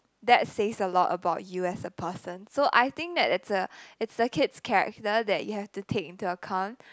that says a lot about you as a person so I think that it's a it's a kid's character that you have to take into account